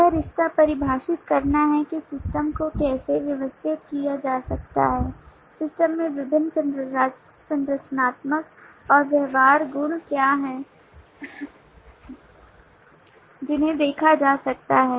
यह रिश्ता परिभाषित करता है कि सिस्टम को कैसे व्यवस्थित किया जा सकता है सिस्टम में विभिन्न संरचनात्मक और व्यवहार गुण क्या हैं जिन्हें देखा जा सकता है